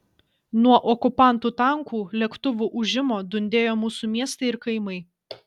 nuo okupantų tankų lėktuvų ūžimo dundėjo mūsų miestai ir kaimai